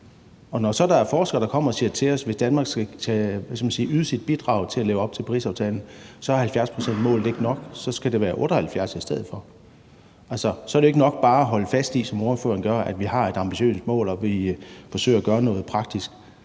der kommer og siger til os, at hvis Danmark skal yde sit bidrag til at leve op til Parisaftalen, er 70-procentsmålet ikke nok. Det skal være 78 pct. i stedet for. Så er det jo ikke nok bare, som ordføreren gør, at holde fast i, at vi har et ambitiøst mål, og at vi forsøger at gøre noget praktisk.